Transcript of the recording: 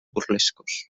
burlescos